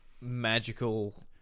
magical